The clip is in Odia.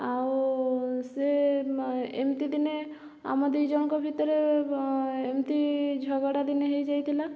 ଆଉ ସେ ଏମିତି ଦିନେ ଆମ ଦି ଜଣଙ୍କ ଭିତରେ ଏମିତି ଝଗଡ଼ା ଦିନେ ହେଇଯାଇଥିଲା